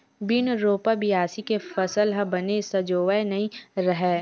बिन रोपा, बियासी के फसल ह बने सजोवय नइ रहय